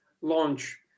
launch